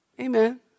Amen